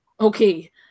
okay